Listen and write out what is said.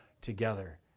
together